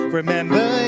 remember